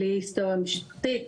ללא היסטוריה משפחתית,